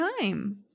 time